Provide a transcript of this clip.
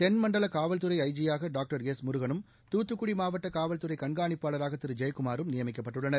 தென்மண்டல காவல்துறை I G யாக டாக்டர் எஸ் முருகனும் தூத்துக்குடி மாவட்ட காவல்துறை கண்காணிப்பாளராக திரு ஜெயக்குமாரும் நியமிக்கப்பட்டுள்ளனர்